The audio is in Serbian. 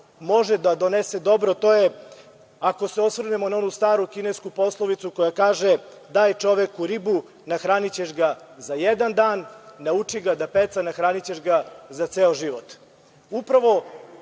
može da donese dobro to je da ako se osvrnemo na onu staru kinesku poslovicu koja kaže – daj čoveku ribu nahranićeš ga za jedan dan, nauči ga da peca nahranićeš ga za ceo život. Upravo